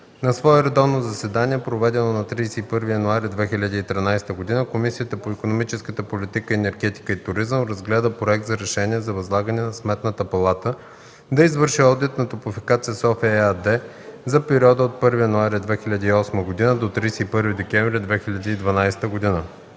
На свое редовно заседание, проведено на 31 януари 2013 г., Комисията по икономическата политика, енергетика и туризъм разгледа Проект за решение за възлагане на Сметната палата да извърши Одит на „Топлофикация София“ ЕАД за периода от 1 януари 2008 г. до 31 декември 2012 г.